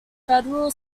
federal